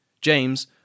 James